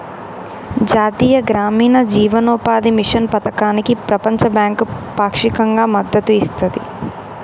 జాతీయ గ్రామీణ జీవనోపాధి మిషన్ పథకానికి ప్రపంచ బ్యాంకు పాక్షికంగా మద్దతు ఇస్తది